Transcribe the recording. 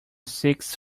six